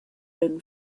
own